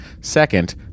Second